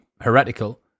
heretical